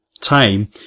time